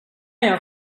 jag